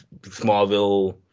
Smallville